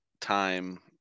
time